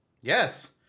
Yes